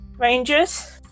rangers